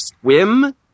swim